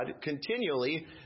continually